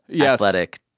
athletic